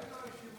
חבר הכנסת